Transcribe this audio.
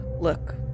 look